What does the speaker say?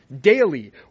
Daily